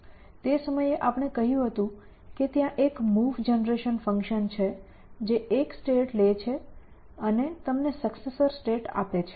તે સમયે આપણે કહ્યું હતું કે ત્યાં એક મૂવ જનરેશન ફંક્શન છે જે એક સ્ટેટ લે છે અને તમને સક્સેસર સ્ટેટ આપે છે